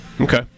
Okay